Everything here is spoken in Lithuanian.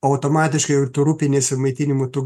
automatiškai jau ir tu rūpiniesi maitinimu tu